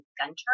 Gunter